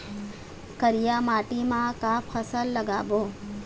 करिया माटी म का फसल लगाबो?